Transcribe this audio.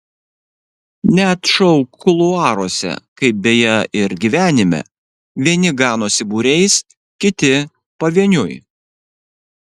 net šou kuluaruose kaip beje ir gyvenime vieni ganosi būriais kiti pavieniui